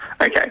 Okay